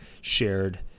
shared